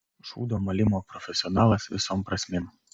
šūdo malimo profesionalas visom prasmėm